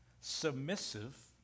submissive